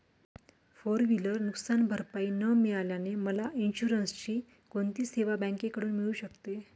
Four wheeler नुकसानभरपाई न मिळाल्याने मला इन्शुरन्सची कोणती सेवा बँकेकडून मिळू शकते?